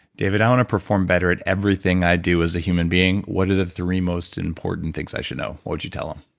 david, i want to perform better at everything i do as a human being. what are the three most important things i should know? what would you tell them?